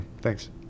Thanks